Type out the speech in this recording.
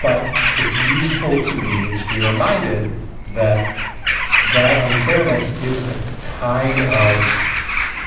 but it's useful to me to be reminded that that unfairness is a kind of